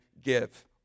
give